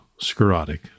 Sclerotic